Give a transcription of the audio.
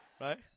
Right